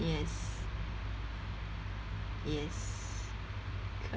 yes yes